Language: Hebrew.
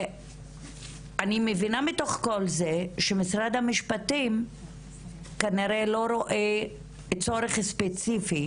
אני מבינה גם מתוך כל זה שמשרד המשפטים כנראה לא רואה צורך ספציפי